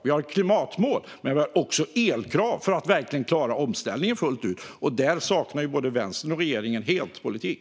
Vi har klimatmål, men vi har också elkrav för att vi verkligen ska klara omställningen fullt ut. Där saknar både Vänstern och regeringen helt politik.